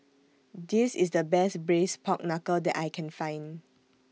This IS The Best Braised Pork Knuckle that I Can Find